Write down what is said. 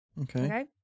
Okay